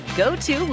go-to